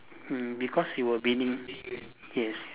mm because you were being yes